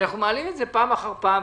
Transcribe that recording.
אנחנו מעלים את זה פעם אחר פעם,